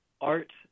art